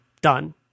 Done